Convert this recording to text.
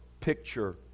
picture